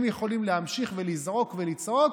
הם יכולים להמשיך ולזעוק ולצעוק,